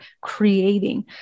creating